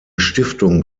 stiftung